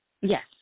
Yes